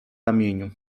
ramieniu